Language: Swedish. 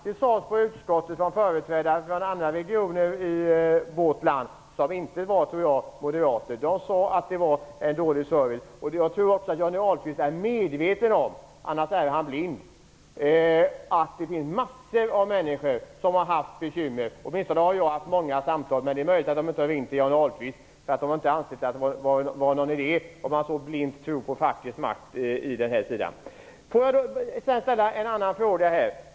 Det sades i utskottet av företrädare för andra regioner i vårt land, företrädare som jag inte tror var moderater. Om Johnny Ahlqvist inte är medveten om detta, är han döv. Mängder av människor har ringt till mig på grund av bekymmer i detta sammanhang. Men det är möjligt att de inte har ringt till Johnny Ahlqvist. Kanske menar de att det inte är någon idé, om han så blint tror på fackets makt i detta sammanhang. Jag vill ställa ytterligare en fråga.